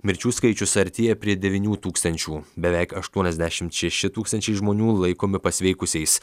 mirčių skaičius artėja prie devynių tūkstančių beveik aštuoniasdešimt šeši tūkstančiai žmonių laikomi pasveikusiais